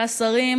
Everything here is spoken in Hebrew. והשרים,